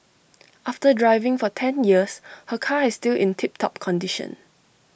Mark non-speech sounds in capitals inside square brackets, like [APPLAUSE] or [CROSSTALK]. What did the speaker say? [NOISE] after driving for ten years her car is still in tip top condition